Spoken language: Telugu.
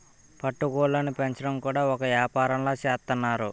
పట్టు గూళ్ళుని పెంచడం కూడా ఒక ఏపారంలా సేత్తన్నారు